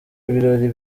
ibirori